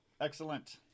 Excellent